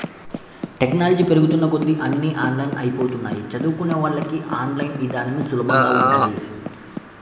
technology పెరుగుతున్న కొద్దీ అన్నీ ఆన్లైన్ అయ్యిపోతన్నయ్, చదువుకున్నోళ్ళకి ఆన్ లైన్ ఇదానమే సులభంగా ఉంటది